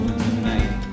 tonight